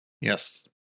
Yes